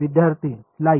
विद्यार्थी लाईन